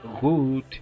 good